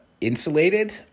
insulated